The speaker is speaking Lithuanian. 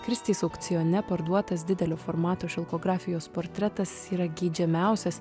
kristis aukcione parduotas didelio formato šilkografijos portretas yra geidžiamiausias